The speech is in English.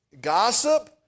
Gossip